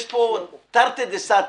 יש פה תרתי דסתרי.